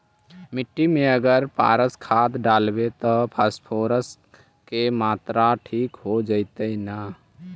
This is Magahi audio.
मिट्टी में अगर पारस खाद डालबै त फास्फोरस के माऋआ ठिक हो जितै न?